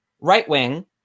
Right-wing